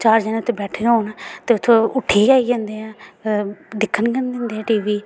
चार जनें इत्थें बैठे दे होन ते तुस उट्ठियै आई जंदे न दिक्खी गै निं सकदे टीवी